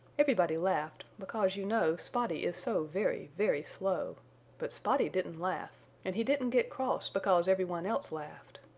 everybody laughed because you know spotty is so very, very slow but spotty didn't laugh and he didn't get cross because everyone else laughed.